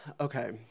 Okay